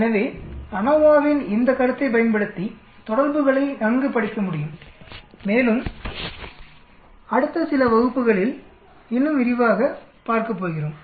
எனவே அநோவாவின் இந்த கருத்தைப் பயன்படுத்தி தொடர்புகளை நன்கு படிக்க முடியும் மேலும் அடுத்த சில வகுப்புகளில் இன்னும் விரிவாகப் பார்க்கப் போகிறோம்